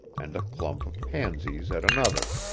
and a clump of pansies at another.